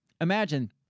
imagine